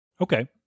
Okay